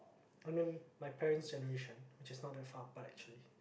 I mean my parents' generation which is not that far apart actually